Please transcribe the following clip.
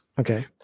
Okay